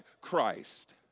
Christ